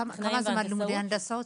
כמה זמן לימודי הנדסאות?